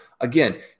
Again